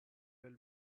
will